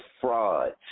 frauds